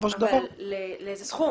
לאיזה סכום?